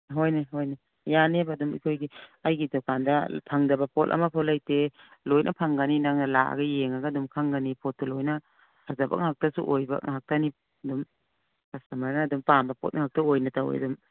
ꯍꯣꯏꯅꯦ ꯍꯣꯏꯅꯦ ꯌꯥꯅꯤꯕ ꯑꯗꯨꯝ ꯑꯩꯈꯣꯏꯒꯤ ꯑꯩꯒꯤ ꯗꯨꯀꯥꯟꯗ ꯐꯪꯗꯕ ꯄꯣꯠ ꯑꯃꯐꯥꯎ ꯂꯩꯇꯦ ꯂꯣꯏꯅ ꯐꯪꯒꯅꯤ ꯅꯪꯅ ꯂꯥꯛꯑꯒ ꯌꯦꯡꯉꯒ ꯑꯗꯨꯝ ꯈꯪꯒꯅꯤ ꯄꯣꯠꯇꯨ ꯂꯣꯏꯅ ꯐꯖꯕ ꯉꯥꯛꯇꯁꯨ ꯑꯣꯏꯕ ꯉꯥꯛꯇꯅꯤ ꯑꯗꯨꯝ ꯀꯁꯇꯃꯔꯅ ꯑꯗꯨꯝ ꯄꯥꯝꯕ ꯄꯣꯠ ꯉꯥꯛꯇ ꯑꯣꯏꯅ ꯇꯧꯏ ꯑꯗꯨꯝ